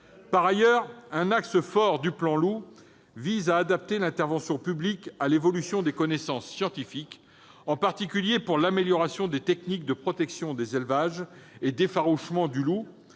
Par ailleurs, un axe fort du plan Loup vise à adapter l'intervention publique à l'évolution des connaissances scientifiques, en particulier pour l'amélioration des techniques de protection des élevages et d'effarouchement du loup.